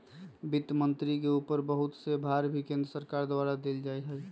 वित्त मन्त्री के ऊपर बहुत से भार भी केन्द्र सरकार के द्वारा देल जा हई